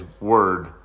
word